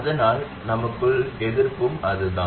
அதனால் நமக்குள்ள எதிர்ப்பும் அதுதான்